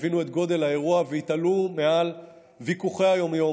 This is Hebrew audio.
הבינו את גודל האירוע והתעלו מעל ויכוחי היום-יום.